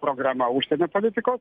programa užsienio politikos